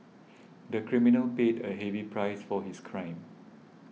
the criminal paid a heavy price for his crime